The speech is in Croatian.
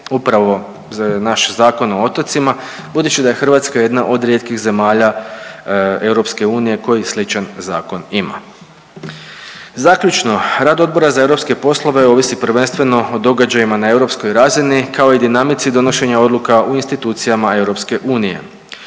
upravo naš Zakon o otocima budući da je Hrvatska jedna od rijetkih zemalja EU koji sličan zakon ima. Zaključno. Rad Odbora za europske poslove ovisi prvenstveno o događajima na europskoj razini kao i dinamici donošenja odluka u institucijama EU.